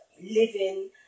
living